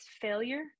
failure